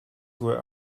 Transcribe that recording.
were